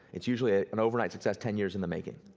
it's usually ah an overnight success ten years in the making.